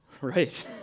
Right